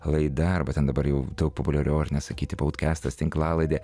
laida arba ten dabar jau daug populiariau ar ne sakyti podkastas tinklalaidė